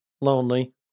lonely